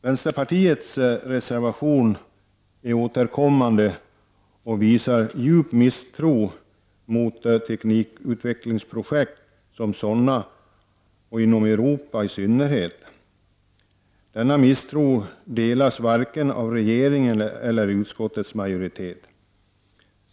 Vänsterpartiets reservation är återkommande och visar djup misstro mot teknikutvecklingsprojekt som sådana och inom Europa i synnerhet. Denna misstro delas varken av regeringen eller utskottets majoritet.